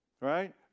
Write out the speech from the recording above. Right